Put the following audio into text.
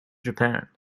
japan